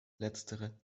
letztere